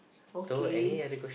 okay